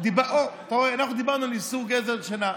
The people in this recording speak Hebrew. אוה, אתה רואה, אנחנו דיברנו על איסור גזל שינה.